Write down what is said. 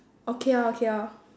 okay lor okay lor